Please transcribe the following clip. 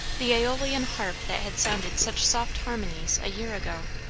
the aeolian harp that had sounded such soft harmonies a year ago,